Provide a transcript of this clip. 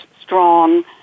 strong